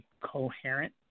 coherent